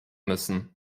müssen